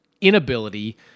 inability